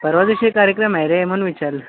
परवा दिवशी कार्यक्रम आहे रे म्हणून विचारलं